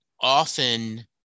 often